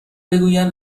بگویند